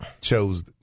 chose